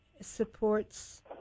supports